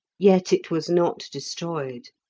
yet it was not destroyed.